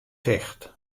ticht